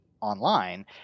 online